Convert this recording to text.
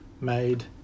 made